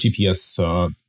GPS